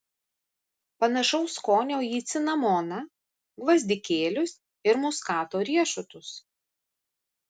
panašaus skonio į cinamoną gvazdikėlius ir muskato riešutus